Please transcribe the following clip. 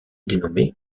dénommée